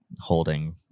holding